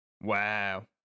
Wow